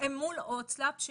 הם מול ההוצאה לפועל,